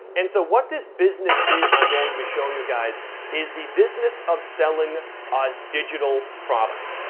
and so what this business is that i'm going to be showing you guys is the business of selling a digital product.